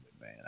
man